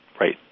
Right